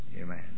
Amen